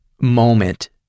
moment